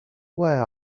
where